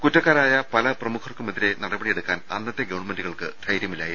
കുറ്റക്കാരായ പല പ്രമുഖർക്കുമെതിരെ നടപടിയെടുക്കാൻ അന്നത്തെ ഗവൺമെന്റുകൾക്ക് ധൈര്യമില്ലായിരുന്നു